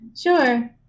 Sure